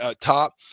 top